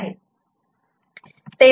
DATA'